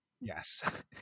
Yes